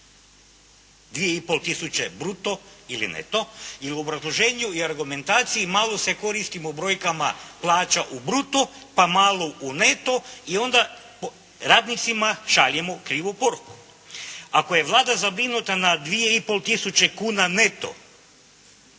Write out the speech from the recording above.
kuna bruto ili neto. I u obrazloženju i argumentaciji malo se koristimo brojkama plaća u bruto pa malo u neto i onda radnicima šaljemo krivu poruku. Ako je zabrinuta na 2,5 tisuće kuna neto